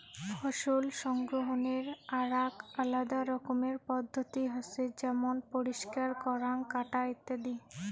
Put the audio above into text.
ফসল সংগ্রহনের আরাক আলাদা রকমের পদ্ধতি হসে যেমন পরিষ্কার করাঙ, কাটা ইত্যাদি